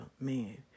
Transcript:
man